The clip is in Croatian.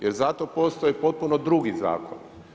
Jer zato postoji potopno drugi zakon.